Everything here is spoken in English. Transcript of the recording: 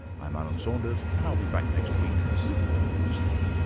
i'm alan saunders and i'll be back next week with more philosophy